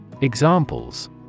Examples